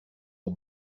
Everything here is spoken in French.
aux